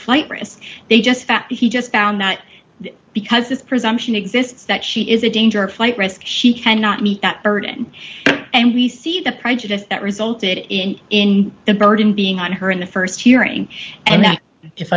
flight risk they just that he just found that because this presumption exists that she is a danger a flight risk she cannot meet that burden and we see the prejudice that resulted in him the burden being on her in the st hearing and